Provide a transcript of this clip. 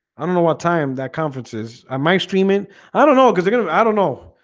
i don't know what time that conference is i mainstreaming i don't know cuz they're gonna i don't know.